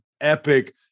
epic